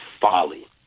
folly